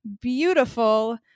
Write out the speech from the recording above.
beautiful